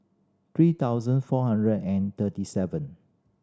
three thousand four hundred and thirty seven